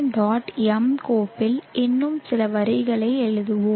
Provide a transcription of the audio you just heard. m கோப்பில் இன்னும் சில வரிகளை எழுதுவோம்